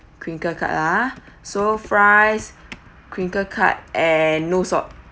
crinkle cut uh so fries crinkle cut and no salt